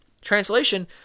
Translation